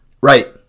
right